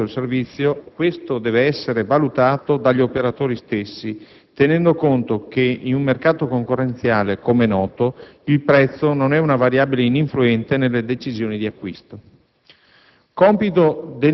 che determinano un aumento del costo del servizio, questo deve essere valutato dagli operatori stessi, tenendo conto che in un mercato concorrenziale, com'è noto, il prezzo non è una variabile ininfluente nelle decisioni di acquisto.